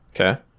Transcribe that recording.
Okay